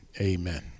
Amen